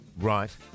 Right